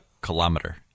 kilometer